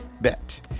bet